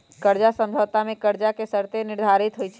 कर्जा समझौता में कर्जा के शर्तें निर्धारित होइ छइ